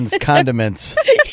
condiments